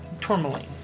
tourmaline